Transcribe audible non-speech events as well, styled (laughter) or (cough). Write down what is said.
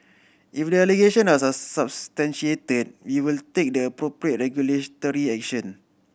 if the allegations are substantiated we will take the appropriate (unintelligible) regulatory action